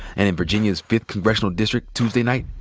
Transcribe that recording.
and in virginia's fifth congressional district tuesday night,